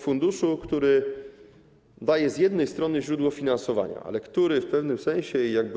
Funduszu, który daje z jednej strony źródło finansowania, ale który w pewnym sensie jakby.